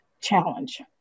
challenge